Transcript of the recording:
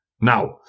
Now